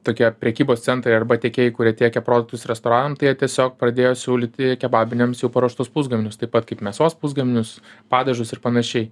tokie prekybos centrai arba tiekėjai kurie tiekia produktus restoranam tai jie tiesiog pradėjo siūlyti kebabinėms jau paruoštus pusgaminius taip pat kaip mėsos pusgaminius padažus ir panašiai